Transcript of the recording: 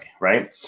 right